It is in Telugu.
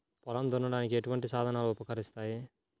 పొలం దున్నడానికి ఎటువంటి సాధనాలు ఉపకరిస్తాయి?